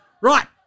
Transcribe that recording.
Right